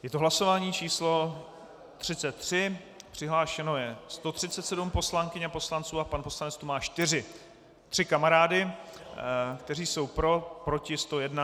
Je to hlasování číslo 33, přihlášeno je 137 poslankyň a poslanců a pan poslanec tu má čtyři... tři kamarády, kteří jsou pro, proti 101.